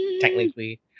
technically